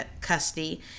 custody